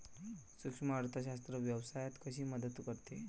सूक्ष्म अर्थशास्त्र व्यवसायात कशी मदत करते?